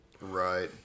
Right